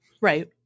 Right